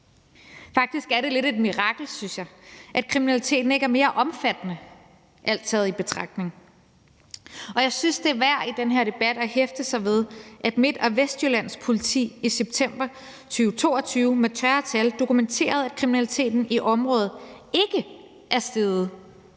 Faktisk er det lidt et mirakel, synes jeg, at kriminaliteten ikke er mere omfattende, alt taget i betragtning. Og jeg synes, det er værd i den her debat at hæfte sig ved, at Midt- og Vestjyllands Politi i september 2022 med tørre tal dokumenterede, at kriminaliteten i området ikke er steget,